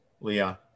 Leon